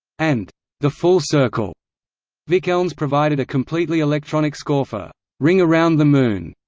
and the full circle vic elms provided a completely electronic score for ring around the moon,